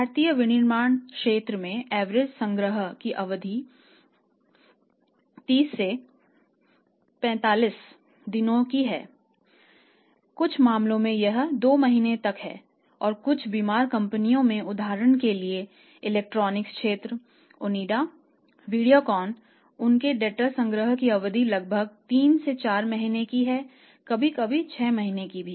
भारतीय विनिर्माण क्षेत्र में एवरेज संग्रह की अवधि लगभग 3 से 4 महीने है कभी कभी 6 महीने भी